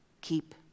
keep